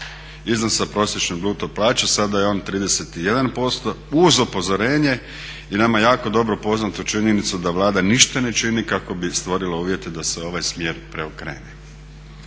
iznosa prosječne bruto plaće, sada je on 31%, uz upozorenje i nama jako dobro poznatu činjenicu da Vlada ništa ne čini kako bi stvorila uvjete da se ovaj smjer preokrene.